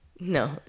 No